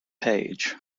page